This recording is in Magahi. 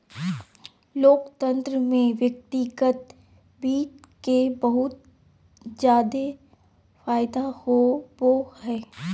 लोकतन्त्र में व्यक्तिगत वित्त के बहुत जादे फायदा होवो हय